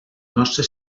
nostre